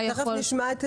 אנחנו תכף נשמע את